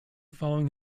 following